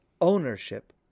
ownership